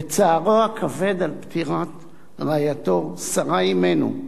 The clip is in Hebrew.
בצערו הכבד על פטירת רעייתו שרה אמנו,